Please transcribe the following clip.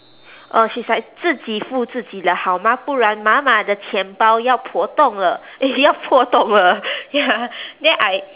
uh she's like 自己付自己的好吗不然妈妈的钱包要破洞了 eh 要破洞了 ya then I